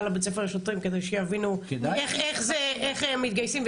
לבית ספר לשוטרים שיבינו איך מתגייסים.